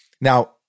Now